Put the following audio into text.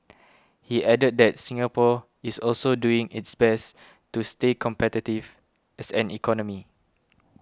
he added that Singapore is also doing its best to stay competitive as an economy